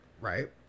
Right